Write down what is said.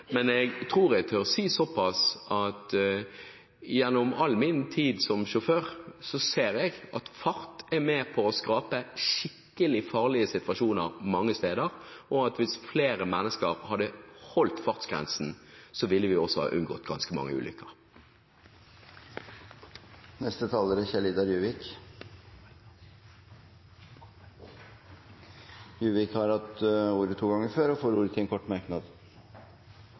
men jeg tror jeg tør si såpass at jeg gjennom all min tid som sjåfør ser at fart er med på å skape skikkelig farlige situasjoner mange steder, og at hvis flere mennesker hadde holdt fartsgrensen, ville vi også ha unngått ganske mange ulykker. Representanten Kjell-Idar Juvik har hatt ordet to ganger tidligere og får ordet til en kort merknad,